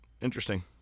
interesting